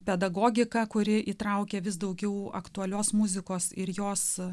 pedagogika kuri įtraukia vis daugiau aktualios muzikos ir jos